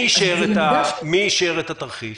מי אישר את התרחיש?